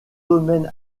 domaine